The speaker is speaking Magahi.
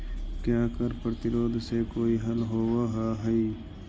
क्या कर प्रतिरोध से कोई हल होवअ हाई